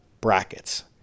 brackets